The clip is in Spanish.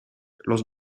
los